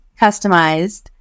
customized